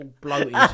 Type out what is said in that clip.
bloated